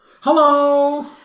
hello